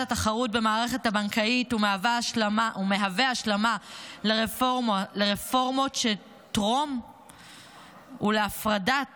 התחרות במערכת הבנקאית ומהווה השלמה לרפורמות שטרום ולהפרדת